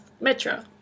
Metro